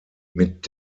mit